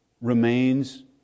remains